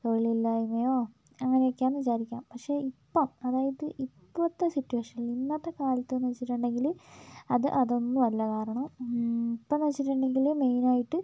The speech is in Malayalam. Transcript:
തൊഴിലില്ലായ്മയോ അങ്ങനെ ഒക്കെയാണെന്ന് വിചാരിക്കാം പക്ഷേ ഇപ്പം അതായത് ഇപ്പോഴത്തെ സിറ്റുവേഷനിൽ ഇന്നത്തെ കാലത്തെണ് വെച്ചിട്ടുണ്ടെങ്കിൽ അത് അതൊന്നുവല്ല കാരണം ഇപ്പൊന്ന് വെച്ചിട്ടുണ്ടെങ്കിൽ മെയിൻ ആയിട്ട്